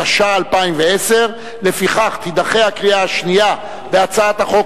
התשע"א 2010. לפיכך תידחה הקריאה השנייה בהצעת החוק